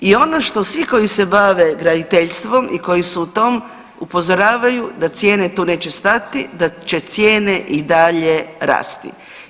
I ono što svi koji se bave graditeljstvom i koji su u tom upozoravaju da cijene tu neće stati, da će cijene i dalje rasti.